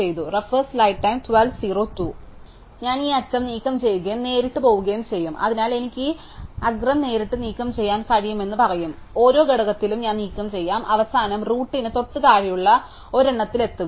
ഞാൻ ഈ അറ്റം നീക്കം ചെയ്യുകയും നേരിട്ട് പോകുകയും ചെയ്യും അതിനാൽ എനിക്ക് ഈ അഗ്രം നേരിട്ട് നീക്കംചെയ്യാൻ കഴിയുമെന്ന് ഞാൻ പറയും അതിനാൽ ഓരോ ഘട്ടത്തിലും ഞാൻ നീക്കംചെയ്യാം അവസാനം റൂട്ടിന് തൊട്ടുതാഴെയുള്ള ഒരെണ്ണത്തിൽ എത്തുക